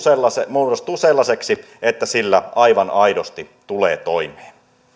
muodostuu sellaiseksi että sillä aivan aidosti tulee toimeen